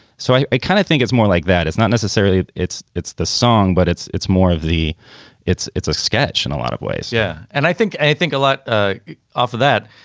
so i i kind of think it's more like that. it's not necessarily it's it's the song, but it's it's more of the it's it's a sketch and a lot of ways. yeah and i think i think a lot ah off of that.